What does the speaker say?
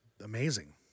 amazing